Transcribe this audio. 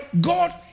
God